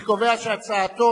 אני קובע שגם הצעתך